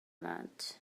much